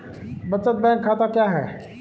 बचत बैंक खाता क्या है?